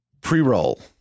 Pre-roll